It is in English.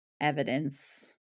evidence